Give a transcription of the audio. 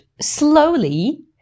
slowly